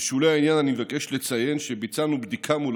בשולי העניין אני מבקש לציין שביצענו בדיקה מול